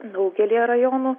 daugelyje rajonų